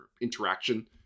interaction